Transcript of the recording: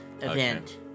event